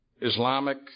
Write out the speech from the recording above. Islamic